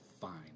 fine